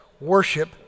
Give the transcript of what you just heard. worship